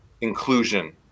Inclusion